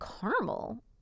caramel